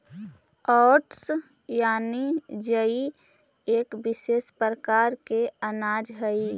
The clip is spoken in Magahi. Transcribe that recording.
ओट्स यानि जई एक विशेष प्रकार के अनाज हइ